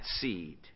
seed